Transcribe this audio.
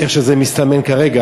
איך שזה מסתמן כרגע.